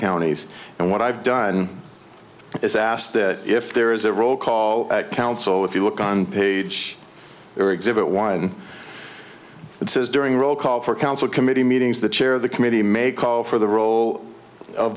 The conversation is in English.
counties and what i've done is asked that if there is a roll call at council if you look on page or exhibit one it says during roll call for counsel committee meetings the chair of the committee may call for the role of